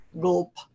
gulp